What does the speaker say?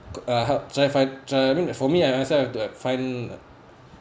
uh for me I myself have to find